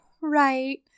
right